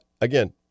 again